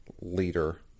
leader